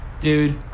Dude